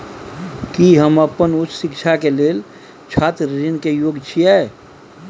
की हम अपन उच्च शिक्षा के लेल छात्र ऋण के योग्य छियै?